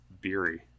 beery